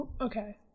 Okay